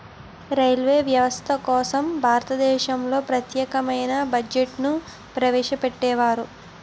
railway వ్యవస్థ కోసం భారతదేశంలో ప్రత్యేకమైన బడ్జెట్ను ప్రవేశపెట్టేవారు